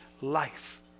life